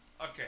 Okay